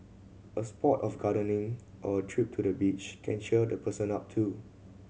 a spot of gardening or a trip to the beach can cheer the person up too